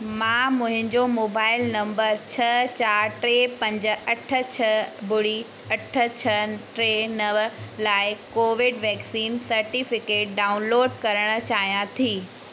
मां मुंहिंजो mobile number छह चार टे पंज अठ छह ॿुड़ी अठ छह टे नव लाइ कोविड वैक्सीन सर्टिफिकेट डाउनलोड करणु चाहियां थी